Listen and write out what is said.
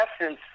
essence